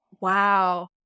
Wow